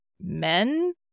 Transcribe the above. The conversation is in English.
men